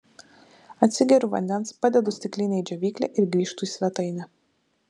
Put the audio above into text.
atsigeriu vandens padedu stiklinę į džiovyklę ir grįžtu į svetainę